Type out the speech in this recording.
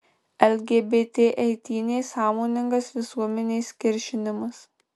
lgbt eitynės sąmoningas visuomenės kiršinimas